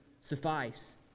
suffice